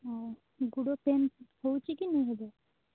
ଆଉ ଗୋଡ଼ ପେନ୍ ହେଉଛି କି ନାହିଁ ଏବେ